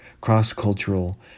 cross-cultural